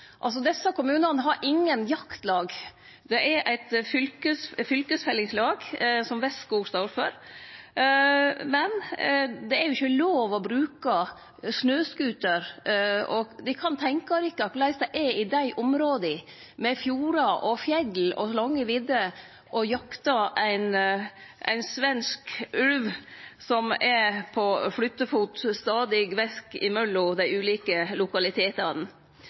er eit fylkesfellingslag, som Vestskog står for, men det er ikkje lov å bruke snøscooter, og ein kan tenkje seg korleis det er i desse områda med fjordar, fjell og lange vidder å jakte på ein svensk ulv som er på stadig flyttefot mellom dei ulike lokalitetane.